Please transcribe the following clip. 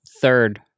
Third